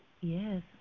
Yes